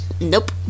Nope